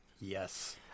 Yes